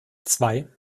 zwei